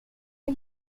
are